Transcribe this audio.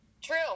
true